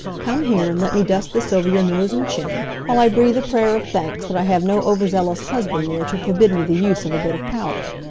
come here and let me dust this over your nose and chin, while i breathe a prayer of thanks that i have no overzealous husband near to forbid me the use of a bit of powder.